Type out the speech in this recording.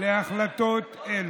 להחלטות אלה.